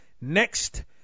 next